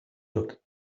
looked